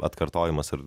atkartojimas ar